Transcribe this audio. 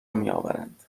میآورند